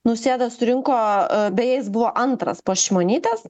nausėda surinko beje jis buvo antras po šimonytės